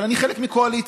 אבל אני חלק מקואליציה,